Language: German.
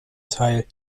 teil